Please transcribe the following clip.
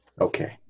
Okay